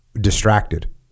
distracted